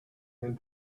and